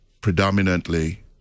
predominantly